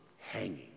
hanging